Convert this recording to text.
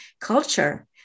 culture